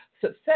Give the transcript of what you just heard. success